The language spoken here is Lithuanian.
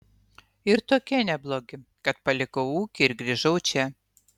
ir tokie neblogi kad palikau ūkį ir grįžau čia